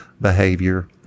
behavior